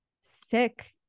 sick